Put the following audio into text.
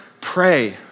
pray